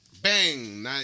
Bang